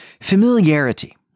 familiarity